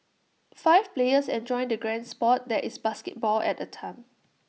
five players enjoy the grand Sport that is basketball at A time